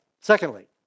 Secondly